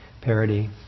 parody